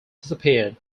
disappeared